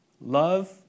Love